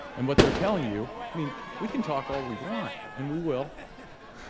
and what they're telling you mean we can talk all we want and we will